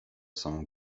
samą